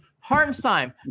Hartenstein